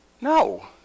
No